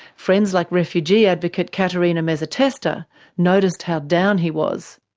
friends like refugee advocate caterina mezzatesta noticed how down he was.